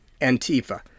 Antifa